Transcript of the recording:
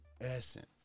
essence